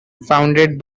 founded